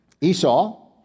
Esau